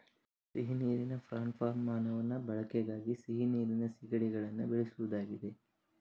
ಸಿಹಿ ನೀರಿನ prawn farm ಮಾನವನ ಬಳಕೆಗಾಗಿ ಸಿಹಿ ನೀರಿನ ಸೀಗಡಿಗಳನ್ನ ಬೆಳೆಸುದಾಗಿದೆ